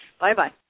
Bye-bye